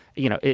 you know,